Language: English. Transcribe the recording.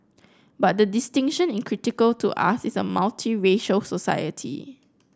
but the distinction in critical to us in a multiracial society